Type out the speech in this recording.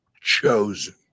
chosen